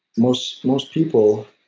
most most people,